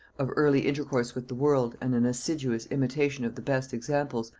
of early intercourse with the world and an assiduous imitation of the best examples,